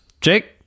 Jake